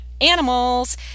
animals